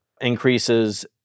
increases